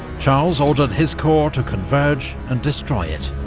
charles ordered his corps to converge and destroy it.